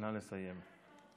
נא לסיים.